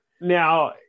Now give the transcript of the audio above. Now